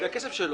זה הכסף שלו.